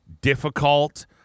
difficult